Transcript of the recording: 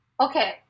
Okay